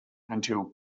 until